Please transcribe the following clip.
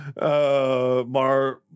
mar